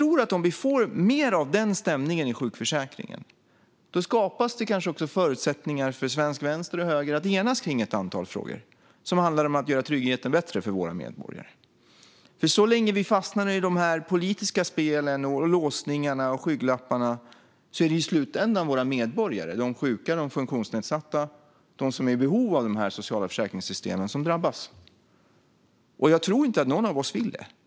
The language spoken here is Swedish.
Om vi får mer av den stämningen i sjukförsäkringen skapas det kanske också förutsättningar för svensk vänster och höger att enas kring ett antal frågor som handlar om att göra tryggheten bättre för våra medborgare. Så länge vi fastnar i de politiska spelen, låsningarna och skygglapparna är det i slutändan våra medborgare - de sjuka, de funktionsnedsatta, de som är i behov av de sociala försäkringssystemen - som drabbas. Jag tror inte att någon av oss vill det.